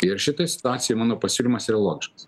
ir šitoj situacijoj mano pasiūlymas yra logiškas